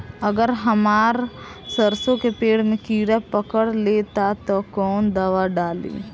अगर हमार सरसो के पेड़ में किड़ा पकड़ ले ता तऽ कवन दावा डालि?